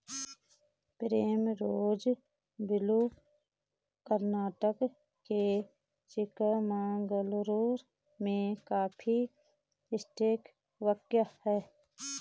Primrose Villa Karnataka के चिकमगलूर में coffee estate walk हैं